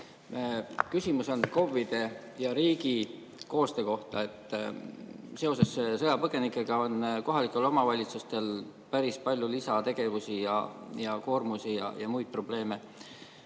Küsimus on KOV-ide ja riigi koostöö kohta. Seoses sõjapõgenikega on kohalikel omavalitsustel päris palju lisategevusi ja koormusi ja muid probleeme.